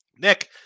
Nick